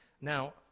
Now